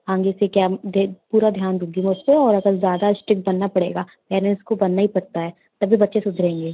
आगे से क्या पूरा ध्यान दूंगी मैं उस पे और अगर ज़्यादा इस्ट्रिक्ट बनना पड़ेगा पैरेंट्स को बनना ही पढ़ता है तभी बच्चे सुधरेंगे